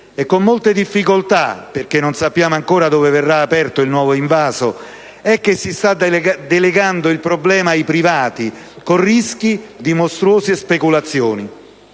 e con molte difficoltà, perché non sappiamo ancora dove verrà aperto il nuovo invaso, dato che si sta delegando il problema ai privati, col rischio di mostruose speculazioni.